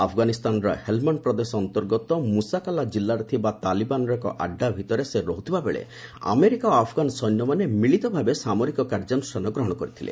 ଆଫଗାନିସ୍ଥାନର ହେଲମଣ୍ଡ ପ୍ରଦେଶ ଅନ୍ତର୍ଗତ ମୁସାକାଲା ଜିଲ୍ଲାରେ ଥିବା ତାଲିବାନର ଏକ ଆଡ୍ରା ଭିତରେ ସେ ରହୁଥିବା ବେଳେ ଆମେରିକା ଓ ଆଫଗାନ ସୈନ୍ୟମାନେ ମିଳିତଭାବେ ସାମରିକ କାର୍ଯ୍ୟାନୁଷ୍ଠାନ ଗ୍ରହଣ କରିଥିଲେ